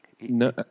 No